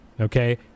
Okay